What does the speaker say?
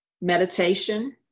meditation